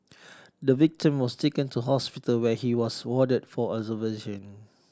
the victim was taken to hospital where he was warded for observation